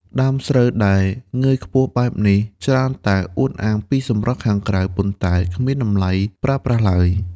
ដើមស្រូវដែលងើយខ្ពស់បែបនេះ ច្រើនតែអួតអាងពីសម្រស់ខាងក្រៅ ប៉ុន្តែគ្មានតម្លៃប្រើប្រាស់ឡើយ។